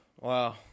Wow